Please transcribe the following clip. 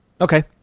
Okay